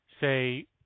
say